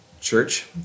church